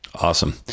Awesome